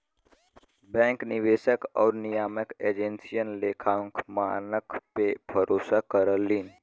bank निवेशक आउर नियामक एजेंसियन लेखांकन मानक पे भरोसा करलीन